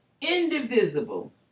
indivisible